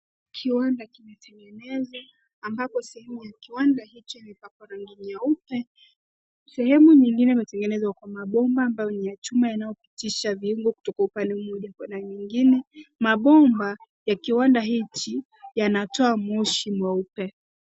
Kiwanda kimetengenezwa, ambapo sehemu ya kiwanda hichi imepakwa rangi nyeupe. Sehemu nyingine imetengenezwa kwa mabomba ambayo ni ya chuma yanayopitisha viungo kutoka upande mmoja kwenda nyingine. Mabomba ya kiwanda hichi, yanatoa moshi mweupe.